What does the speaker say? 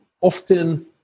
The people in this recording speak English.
Often